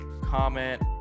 comment